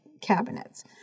cabinets